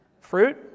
Fruit